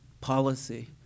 policy